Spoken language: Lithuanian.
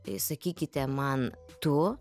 tai sakykite man tu